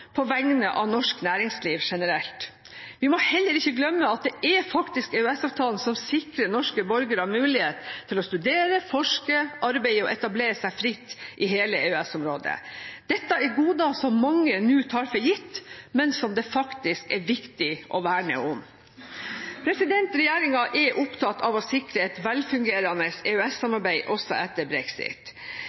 på vegne av norsk næringsliv generelt. Vi må heller ikke glemme at det faktisk er EØS-avtalen som sikrer norske borgere mulighet til å studere, forske, arbeide og etablere seg fritt i hele EØS-området. Dette er goder som mange nå tar for gitt, men som det faktisk er viktig å verne om. Regjeringen er opptatt av å sikre et velfungerende EØS-samarbeid også etter brexit.